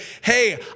Hey